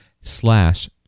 slash